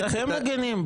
אנחנו לא מגנים.